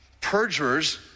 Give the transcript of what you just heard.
perjurers